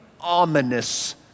ominous